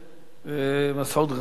מסעוד גנאים,